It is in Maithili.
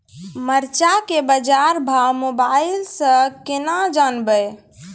मरचा के बाजार भाव मोबाइल से कैनाज जान ब?